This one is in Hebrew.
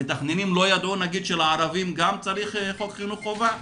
המתכננים לא ידעו שלערבים גם צריך חוק חינוך חובה?